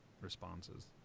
responses